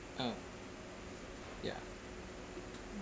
ah ya